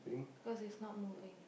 cause it's not moving